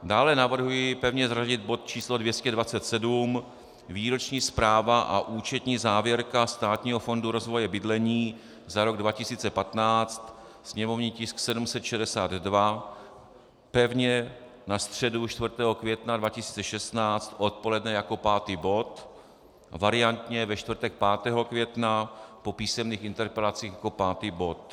Dále navrhuji pevně zařadit bod číslo 227 Výroční zpráva a účetní závěrka Státního fondu rozvoje bydlení za rok 2015, sněmovní tisk 762, pevně na středu 4. května 2016 odpoledne jako pátý bod, variantně ve čtvrtek 5. května po písemných interpelacích jako pátý bod.